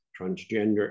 transgender